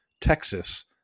Texas